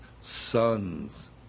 sons